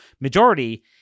majority